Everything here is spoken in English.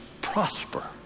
prosper